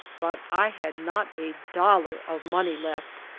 but i had not a dollar of money left,